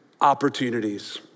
opportunities